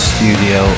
Studio